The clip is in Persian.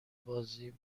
بازی